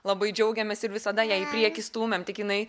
labai džiaugiamės ir visada ją į priekį stūmėm tik jinai